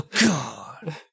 God